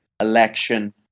election